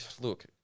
look